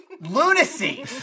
Lunacy